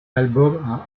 album